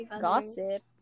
Gossip